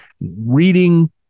reading